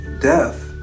death